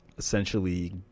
essentially